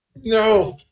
No